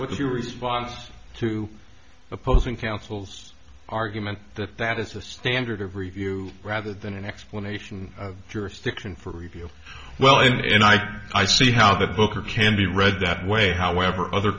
what is your response to opposing counsel's argument that that is the standard of review rather than an explanation of jurisdiction for review well and i i see how that booker can be read that way however other